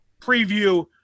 preview